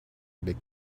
big